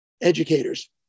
educators